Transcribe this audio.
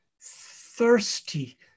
thirsty